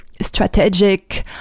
strategic